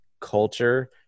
culture